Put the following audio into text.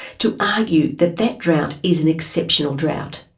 to argue that that drought is an exceptional drought.